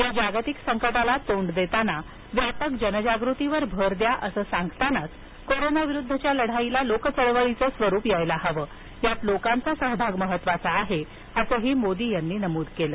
या जागतिक संकटाला तोंड देताना व्यापक जनजागृतीवर भर द्या असं सांगतानाच कोरोनाविरुद्धच्या लढाईला लोकचळवळीचं स्वरूप यायला हवं यात लोकांचा सहभाग महत्त्वाचा आहे असं मोदी यांनी नमूद केलं